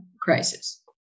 crisis